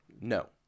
no